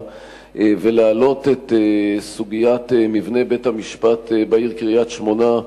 ולהעלות את סוגיית מבנה בית-המשפט בעיר קריית-שמונה.